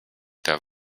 der